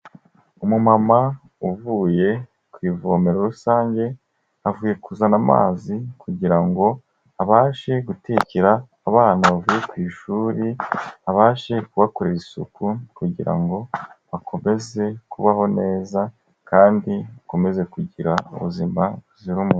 Umumama uvuye ku ivomero rusange, avuye kuzana amazi kugira ngo abashe gutekera abana bavuye ku ishuri, abashe kubakorera isuku kugira ngo akomeze kubaho neza kandi akomeze kugira ubuzima buzira umuze.